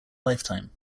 lifetime